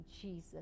Jesus